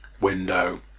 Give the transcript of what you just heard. window